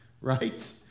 Right